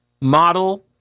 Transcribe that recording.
model